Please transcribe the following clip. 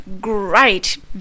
great